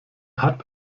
hat